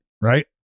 right